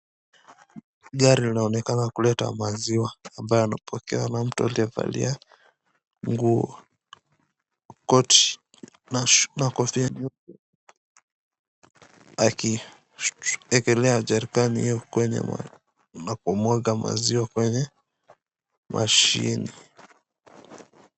Gari linaonekana kuleta maziwa ambayo yanapokewa na mtu aliyevalia nguo, koti na kofia nyeupe, akiekelea jerrican hio kwenye na kumwaga maziwa kwenye mashine.